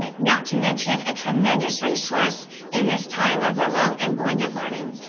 ah not to mention a tremendous resource in this time of remote and blended learning.